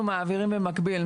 אנחנו מעבירים במקביל.